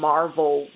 Marvel